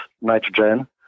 nitrogen